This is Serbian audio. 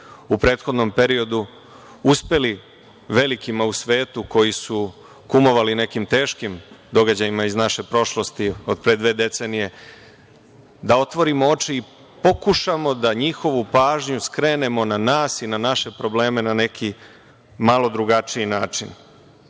u prethodnom periodu uspeli velikima u svetu, koji su kumovali nekim teškim događajima iz naše prošlosti od pre dve decenije, da otvorimo oči i pokušamo da njihovu pažnju skrenemo na nas i na naše probleme na neki malo drugačiji način. Sada